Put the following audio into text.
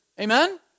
Amen